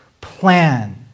plan